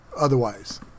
otherwise